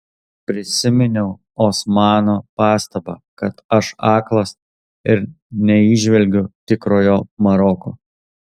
prisiminiau osmano pastabą kad aš aklas ir neįžvelgiu tikrojo maroko